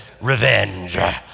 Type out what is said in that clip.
revenge